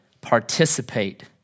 participate